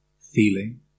feeling